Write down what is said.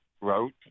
wrote